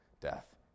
death